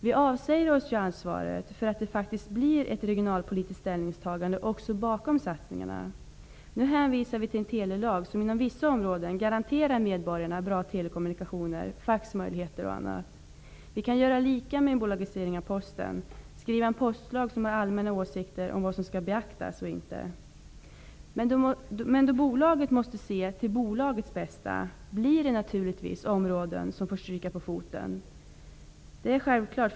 Vi avsäger oss ju ansvaret för att det sker ett regionalpolitiskt ställningstagande bakom satsningarna. Nu hänvisar vi till en telelag som inom vissa områden garanterar medborgarna bra telekommunikationer, faxmöjligheter och annat. Vi kan göra likadant vid en bolagisering av Posten, dvs. stifta en postlag som innehåller allmänna åsikter om vad som skall beaktas eller inte. Men bolaget måste se till bolagets bästa, och då får naturligtvis vissa områden stryka på foten. Det är självklart.